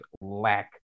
lack